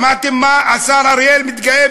שמעתם במה השר אריאל מתגאה?